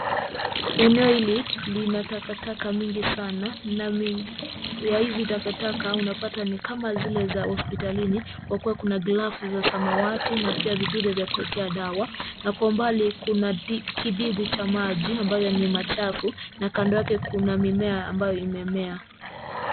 Eneo hili lina takataka mingi sana na mingi ya takataka unapata ni kama zile za hospitalini kwa kuwa, kuna glavu za samawati na pia vidude vya kuwekea dawa na kwa umbali kuna kidimbwi cha maji ambayo ni machafu na kando yake kuna mimea ambayo imemea.